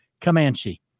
Comanche